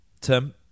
Tim